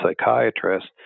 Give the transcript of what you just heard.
psychiatrist